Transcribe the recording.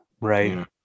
Right